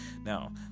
Now